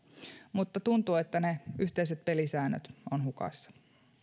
mutta tuntuu että yhteiset pelisäännöt ovat hukassa